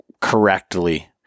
correctly